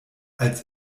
als